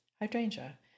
hydrangea